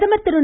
பிரதமர் திரு